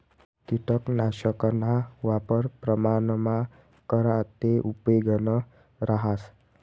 किटकनाशकना वापर प्रमाणमा करा ते उपेगनं रहास